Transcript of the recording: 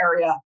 area